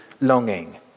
longing